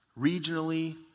regionally